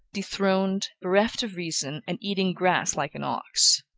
dethroned, bereft of reason, and eating grass like an ox.